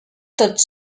tots